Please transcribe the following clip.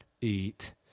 eat